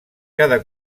cada